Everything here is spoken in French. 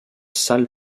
salle